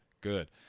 Good